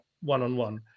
one-on-one